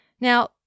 Now